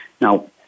Now